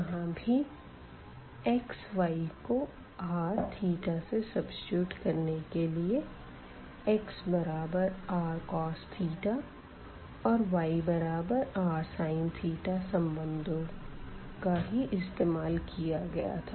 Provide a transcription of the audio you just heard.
यहाँ भी xy को r θ से सब्सीट्यूट करने के लिए x बराबर rcos और y बराबर rsin संबंधों का ही इस्तेमाल किया गया था